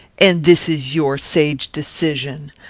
and this is your sage decision.